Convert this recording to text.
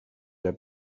der